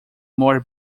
more